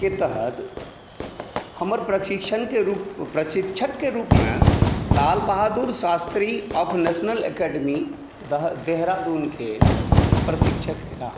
के तहत हमर प्रशिक्षणके रूप प्रशिक्षकके रूपमे Lal Bahadur Shastri of national academy देहरादूनके प्रशिक्षक अएला